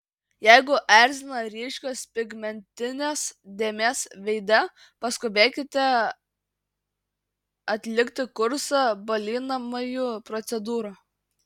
jeigu erzina ryškios pigmentinės dėmės veide paskubėkite atlikti kursą balinamųjų procedūrų